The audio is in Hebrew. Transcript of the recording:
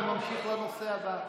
אני ממשיך לנושא הבא,